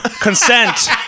Consent